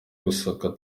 gusaka